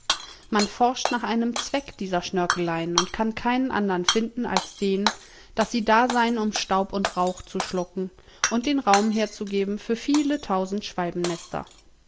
man forscht nach einem zweck dieser schnörkeleien und kann keinen andern finden als den daß sie da seien um staub und rauch zu schlucken und den raum herzugeben für viele tausend